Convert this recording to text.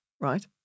Right